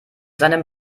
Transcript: seinem